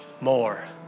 more